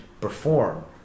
perform